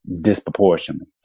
disproportionately